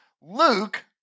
Luke